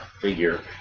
figure